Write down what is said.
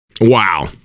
wow